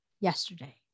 yesterday